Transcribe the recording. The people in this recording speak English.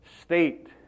state